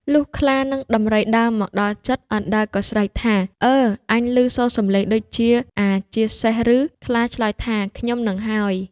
លុះខ្លា និងដំរីដើរមកដល់ជិត អណ្ដើកក៏ស្រែកថា៖ "អើ អញឮសូរសម្លេងដូចជាអាជាសេះឬ?" ខ្លាឆ្លើយថា៖ "ខ្ញុំហ្នឹងហើយ"។